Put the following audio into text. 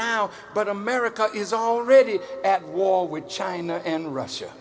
now but america is already at war with china and russia